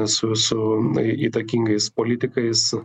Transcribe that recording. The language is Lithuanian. su su įtakingais politikais